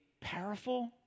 powerful